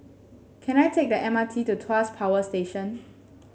can I take the M R T to Tuas Power Station